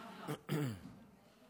אי-אפשר, הנאום הזה היה מחייב.